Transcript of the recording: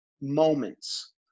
moments